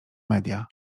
media